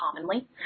commonly